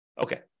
Okay